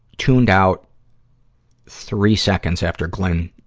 tuned out three seconds after glynn,